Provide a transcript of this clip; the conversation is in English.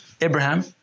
Abraham